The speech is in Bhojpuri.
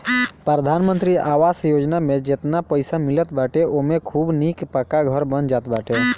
प्रधानमंत्री आवास योजना में जेतना पईसा मिलत बाटे ओमे खूब निक पक्का घर बन जात बाटे